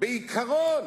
בעיקרון,